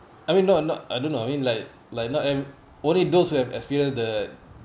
I mean not not I don't know I mean like like not eve~ only those who have experienced the